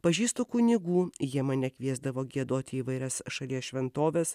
pažįstu kunigų jie mane kviesdavo giedoti į įvairias šalies šventoves